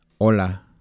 Hola